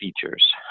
features